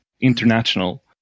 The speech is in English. international